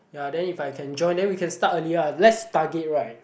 ya then if I can join then we can start earlier ah let's target right